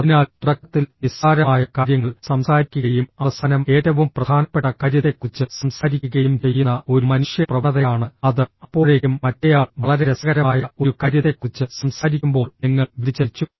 അതിനാൽ തുടക്കത്തിൽ നിസ്സാരമായ കാര്യങ്ങൾ സംസാരിക്കുകയും അവസാനം ഏറ്റവും പ്രധാനപ്പെട്ട കാര്യത്തെക്കുറിച്ച് സംസാരിക്കുകയും ചെയ്യുന്ന ഒരു മനുഷ്യ പ്രവണതയാണ് അത് അപ്പോഴേക്കും മറ്റേയാൾ വളരെ രസകരമായ ഒരു കാര്യത്തെക്കുറിച്ച് സംസാരിക്കുമ്പോൾ നിങ്ങൾ വ്യതിചലിച്ചു